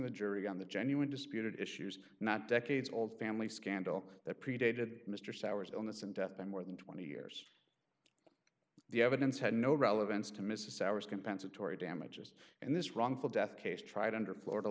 the jury on the genuine disputed issues not decades old family scandal that predated mr souers illness and death by more than twenty years the evidence had no relevance to mrs souers compensatory damages and this wrongful death case tried under florida